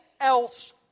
else